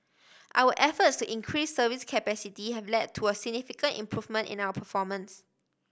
our efforts to increase service capacity have led to a significant improvement in our performance